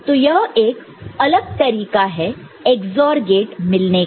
तो यह एक अलग तरीका है XOR गेट मिलने का